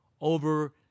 over